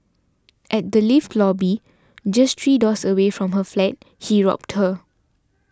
at the lift lobby just three doors away from her flat he robbed her